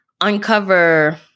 uncover